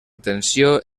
tensió